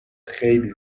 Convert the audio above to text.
خیلی